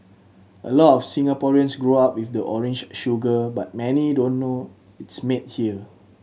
a lot of Singaporeans grow up with the orange sugar but many don't know it's made here